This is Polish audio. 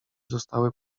zostały